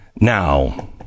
Now